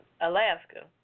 Alaska